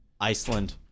Iceland